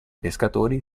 pescatori